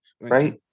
right